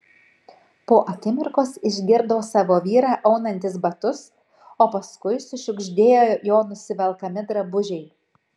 po akimirkos išgirdo savo vyrą aunantis batus o paskui sušiugždėjo jo nusivelkami drabužiai